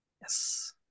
Yes